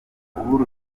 uhuru